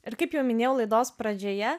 ir kaip jau minėjau laidos pradžioje